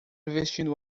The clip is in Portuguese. vestindo